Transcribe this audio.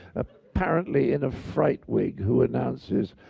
apparently in a fright wig, who announces,